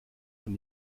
von